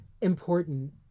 Important